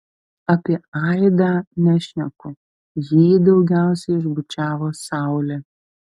apie aidą nešneku jį daugiausiai išbučiavo saulė